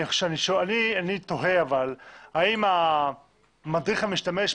אבל אני תוהה האם המדריך למשתמש,